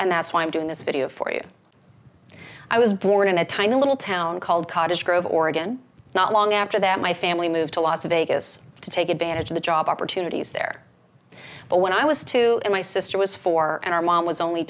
and that's why i'm doing this video for you i was born in a tiny little town called cottage grove oregon not long after that my family moved to las vegas to take advantage of the job opportunities there but when i was two and my sister was four and our mom was only